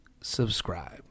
subscribe